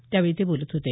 त्यावेळी ते बोलत होते